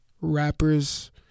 rappers